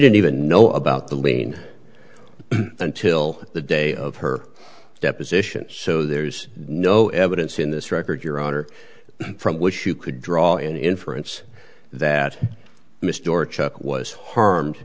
didn't even know about the lien until the day of her deposition so there's no evidence in this record your honor from wish you could draw an inference that mr chuck was harmed